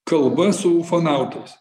kalba su ufonautais